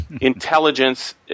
intelligence